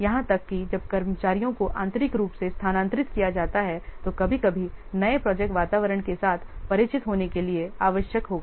यहां तक कि जब कर्मचारियों को आंतरिक रूप से स्थानांतरित किया जाता है तो कभी कभी नए प्रोजेक्ट वातावरण के साथ परिचित होने के लिए आवश्यक होगा